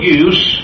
use